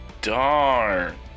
darn